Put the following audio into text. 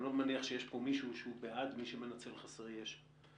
אני לא מניח שיש פה מישהו שהוא בעד אדם שמנצל חסרי ישע.